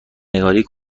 نگاری